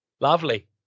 lovely